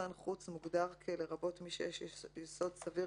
סוכן חוץ מוגדר: "לרבות מי שיש יסוד סביר